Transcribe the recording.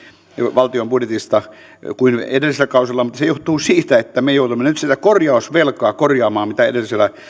valtion budjetista on pienempi kuin edellisillä kausilla mutta se johtuu siitä että me joudumme nyt sitä korjausvelkaa hoitamaan mitä edellisellä